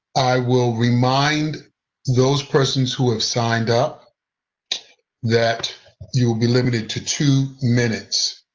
i will remind those persons who have signed up that you will be limited to two minutes.